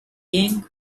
ying